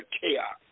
chaos